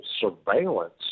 surveillance